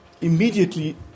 immediately